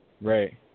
Right